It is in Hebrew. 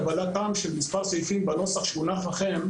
קבלתם של מספר סעיפים בנוסח שהונח לכם,